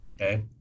okay